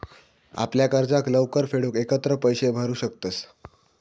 आपल्या कर्जाक लवकर फेडूक एकत्र पैशे भरू शकतंस